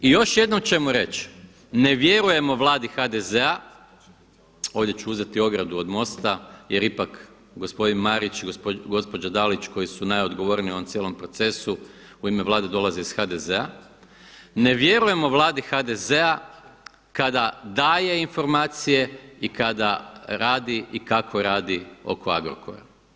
I još jednom ćemo reći ne vjerujemo Vladi HDZ-a, ovdje ću uzeti ogradu od MOST-a jer ipak gospodin Marić i gospođa Dalić koji su najodgovorniji u ovom cijelom procesu u ime Vlade dolaze iz HDZ-a, ne vjerujemo Vladi HDZ-a kada daje informacije i kada radi i kako radi oko Agrokora.